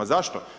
Zašto?